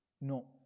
no